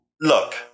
Look